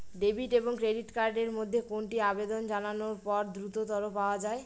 Debit এবং credit card এর মধ্যে কোনটি আবেদন জানানোর পর দ্রুততর পাওয়া য়ায়?